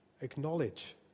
acknowledge